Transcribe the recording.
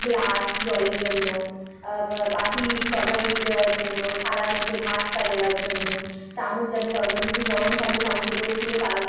glass জলের জন্য বাটি তরকারি দেওয়ার জন্য থালার মধ্যে ভাতটা দেওয়ার জন্য চামচ যাতে তরকারি টি গরম থাকলে চামচে করে তুলে পাল